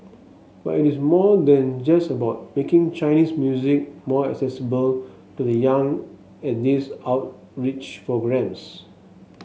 but it is more than just about making Chinese music more accessible to the young at these outreach programmes